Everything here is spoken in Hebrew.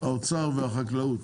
האוצר והחקלאות,